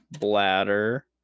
Bladder